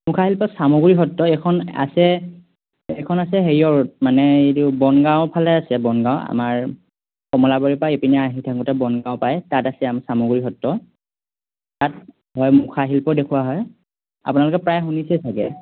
মুখাশিল্প চামগুৰি সত্ৰ এইখন আছে এইখন আছে হেৰিয়ত মানে এইটো বনগাঁওফালে আছে বনগাঁও আমাৰ কমলাবাৰীৰ পৰা এইপিনে আহি থাকোঁতে বনগাঁও পায় তাত আছে আমাৰ চামগুৰি সত্ৰ তাত হয় মুখাশিল্প দেখুওৱা হয় আপোনালোকে প্ৰায় শুনিছেই থাকে